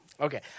Okay